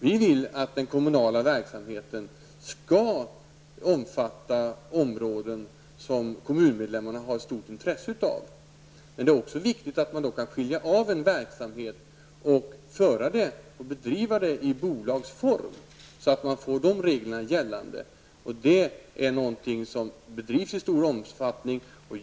Vi vill att den kommunala verksamheten skall omfatta områden som kommunmedlemmarna har stort intresse av. Men det är också viktigt att man då kan avskilja en verksamhet och föra och bedriva den i bolagsform så att de reglerna blir gällande. Sådan verksamhet bedrivs i stor omfattning.